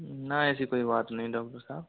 ना ऐसी कोई बात नहीं डॉक्टर साहब